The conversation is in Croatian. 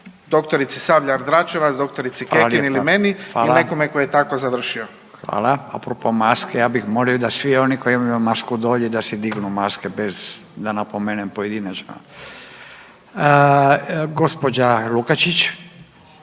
doktorici Sabljar Dračevac, doktorici Kekin ili meni ili nekome tko je tako završio. **Radin, Furio (Nezavisni)** Hvala. A propos maski ja bih molio da svi oni koji imaju masku dolje da si dignu maske bez da napomenem pojedinačno. Gospođa Lukačić.